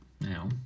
now